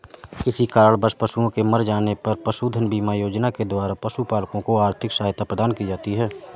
किसी कारणवश पशुओं के मर जाने पर पशुधन बीमा योजना के द्वारा पशुपालकों को आर्थिक सहायता प्रदान की जाती है